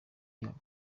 yabo